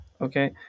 okay